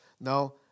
No